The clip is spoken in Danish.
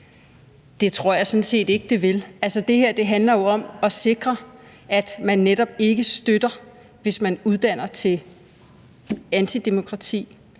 Det tror jeg sådan set ikke det vil. Altså, det her handler jo om at sikre, at man netop ikke støtter, hvis skoler uddanner til antidemokrati,